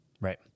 Right